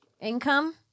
Income